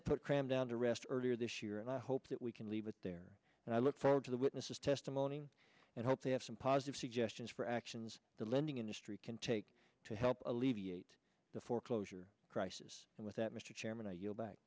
senate put cram down to rest earlier this year and i hope that we can leave it there and i look forward to the witness's testimony and hope they have some positive suggestions for actions the lending industry can take to help alleviate the foreclosure crisis and with that mr chairman i yield back